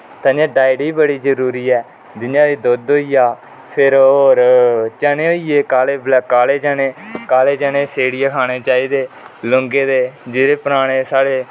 ताहियैं डाइट बी बड़ी जरुरी ऐ जियां दुध होई गेआ फिर ओह् चने होई गये काले चने काले चने सेडि़यै खाने चाहिदे जेहडे पराने साढ़े